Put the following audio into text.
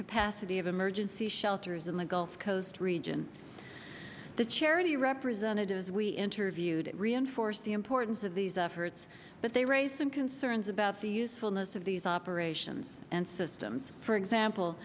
capacity of emergency shelters in the gulf coast region the charity representatives we interviewed reinforce the importance of these efforts but they raised some concerns about the usefulness of these operations and systems for example